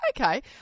Okay